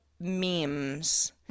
memes